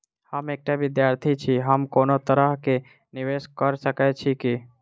हम एकटा विधार्थी छी, हम कोनो तरह कऽ निवेश कऽ सकय छी की?